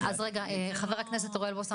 חבר הכנסת אוריאל בוסו,